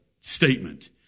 statement